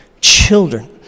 Children